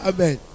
Amen